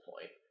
point